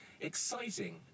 exciting